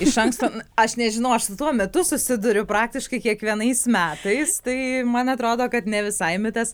iš anksto aš nežinau aš su tuo mitu susiduriu praktiškai kiekvienais metais tai man atrodo kad ne visai mitas